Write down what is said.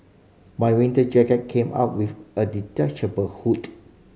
my winter jacket came up with a detachable hood